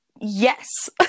yes